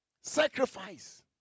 Sacrifice